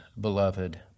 beloved